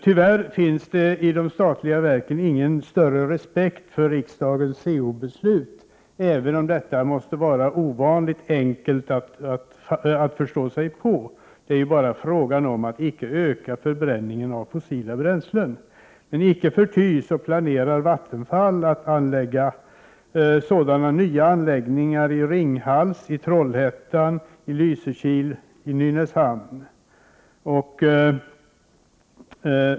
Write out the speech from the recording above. Tyvärr finns det i de statliga verken ingen större respekt för riksdagens CO>beslut, även om detta måste vara ovanligt enkelt att förstå sig på. Det är ju bara fråga om att inte öka förbränningen av fossila bränslen. Men icke förty planerar Vattenfall att anlägga sådana nya anläggningar i Ringhals, Trollhättan, Lysekil och Nynäshamn.